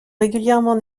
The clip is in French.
régulièrement